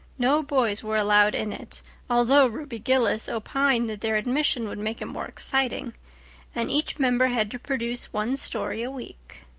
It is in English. no boys were allowed in it although ruby gillis opined that their admission would make it more exciting and each member had to produce one story a week.